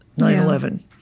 9-11